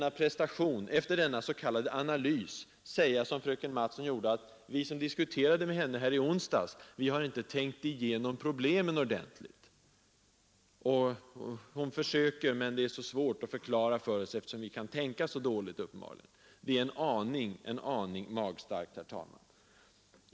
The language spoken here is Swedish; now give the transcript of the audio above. Att efter denna s.k. analys säga, som fröken Mattson gjorde, att vi som diskuterade med henne här i onsdags inte har tänkt igenom problemen ordentligt — hon försökte förklara för oss, men det var så svårt eftersom vi kan tänka så dåligt — det är en aning magstarkt, herr talman.